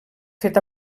fet